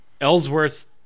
Ellsworth